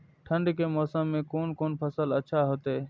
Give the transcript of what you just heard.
ठंड के मौसम में कोन कोन फसल अच्छा होते?